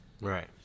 Right